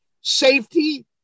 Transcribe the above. safety